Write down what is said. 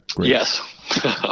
Yes